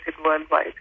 worldwide